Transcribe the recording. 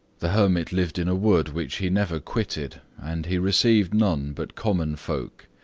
the hermit lived in a wood which he never quitted, and he received none but common folk.